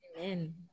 Amen